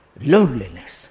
loneliness. –